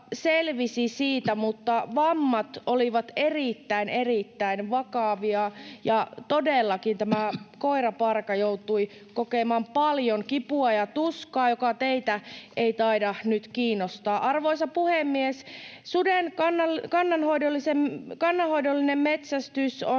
mutta vammat olivat erittäin, erittäin vakavia, ja todellakin tämä koiraparka joutui kokemaan paljon kipua ja tuskaa, joka teitä ei taida nyt kiinnostaa. Arvoisa puhemies! Suden kannanhoidollinen metsästys on